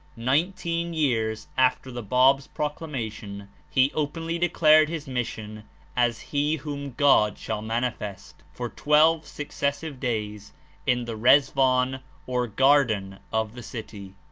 nineteen years after the bab's proclamation, he openly declared his mission as he whom god shall manifest, for twelve successive days in the rlzwan or garden of the city.